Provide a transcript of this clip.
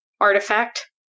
artifact